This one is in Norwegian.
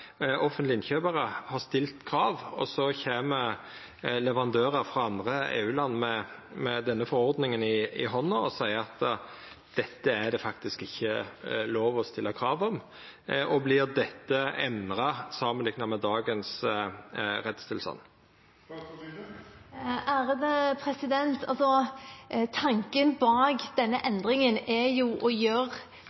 har stilt krav, og så kjem leverandørar frå andre EU-land med denne forordninga i handa og seier at det faktisk ikkje er lov å stilla krav om det? Vert dette endra samanlikna med dagens